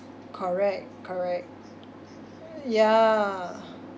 correct correct yeah